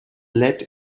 let